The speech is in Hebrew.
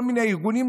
כל מיני ארגונים,